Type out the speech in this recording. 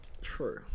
true